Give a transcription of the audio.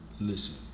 listen